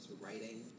writing